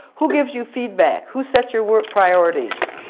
who gives you feedback? who sets your work priorities?